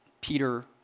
Peter